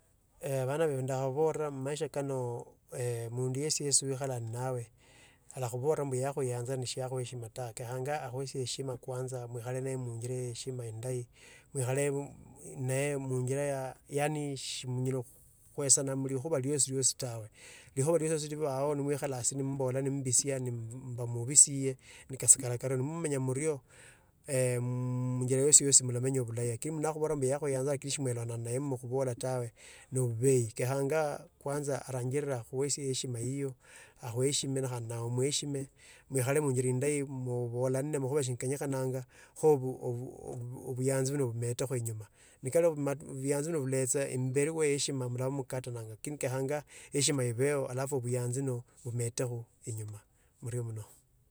eeh abana bi ndakambora mmaisha kano ee mundu yesi yesu okharaa nnawe. Ola khubola mbu yakhuyanze ni siyakhuha ehashimata. Kenyakhanga akhuna eheshima kwanza mukhare nnaye munjiro ya eheshima endayi. Mwikhale bu nee muinjirea yani simunyala khukrawesana mulikhuba liosiliosi tawe. Likhuba liosiliosi libaba nemwikhala hasi nemumbola nembisia nemba mubisie ne kasikara kario na mmenyara murio, ee mmmunjira yosiyosi muramenya bulahi, lakini mundu yosiyosi nakhubola yakhuyanza lakini simwerawana nnaye mukhubola tawe nabubehanga kenyakhanya khuanza orangile okhusie eheshima hiyo okhuheshime nekhadi omuheshime. Muikhara munjira endahi mubalane amakhuba singana kenya khananga kho obu obu obu obuyanzi bumetekho inyuma. Nikali bumatu buyanzi buno bulaechanga kho obuyanzi bumetekho inyuma. Nikali buyanzi buno bulaechanga ombali wa heshima mulaba mukatananga lakini kenyakhanga heshima ebeho halafu bayansi buno bumetikho inyuma.